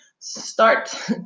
start